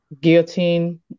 Guillotine